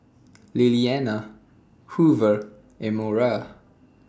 Lilianna Hoover and Mora